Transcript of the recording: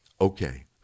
Okay